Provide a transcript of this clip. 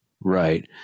Right